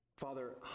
father